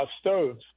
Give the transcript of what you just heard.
stoves